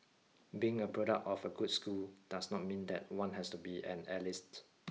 being a product of a good school does not mean that one has to be an elitist